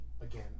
again